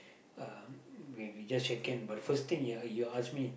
uh maybe just shake hands but first thing he uh he asked me